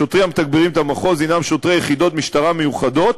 השוטרים המתגברים את המחוז הם שוטרי יחידות משטרה מיוחדות.